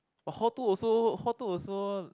but hall two also hall two also